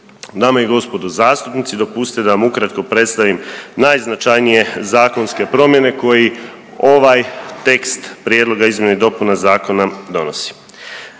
Dame i gospodo zastupnici dopustite da vam ukratko predstavim najznačajnije zakonske promjene koji ovaj tekst prijedloga izmjena i dopuna zakona donosi.